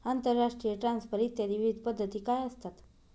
आंतरराष्ट्रीय ट्रान्सफर इत्यादी विविध पद्धती काय असतात?